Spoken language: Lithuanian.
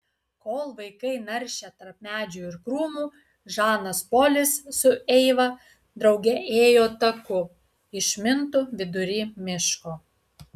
kol vaikai naršė tarp medžių ir krūmų žanas polis su eiva drauge ėjo taku išmintu vidury miško